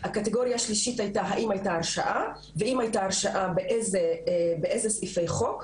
הקטגוריה השלישית היתה האם היתה הרשעה ואם היתה הרשעה באיזה סעיפי חוק,